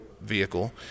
vehicle